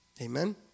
Amen